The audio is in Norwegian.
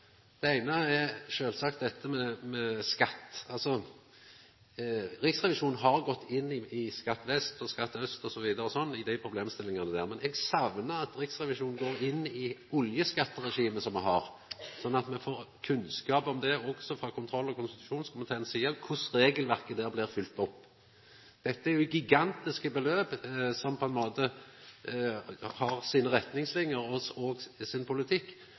gått inn i Skatt vest og Skatt øst osv. og problemstillingane der, men eg saknar at Riksrevisjonen går inn i oljeskattregimet som me har, sånn at me i kontroll- og konstitusjonskomiteen får kunnskap om korleis regelverket der blir følgt opp. Dette er gigantiske beløp som på ein måte har sine retningsliner og sin politikk,